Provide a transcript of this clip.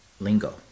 lingo